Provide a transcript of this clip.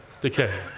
Decay